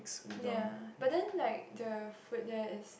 ya but then like the food there is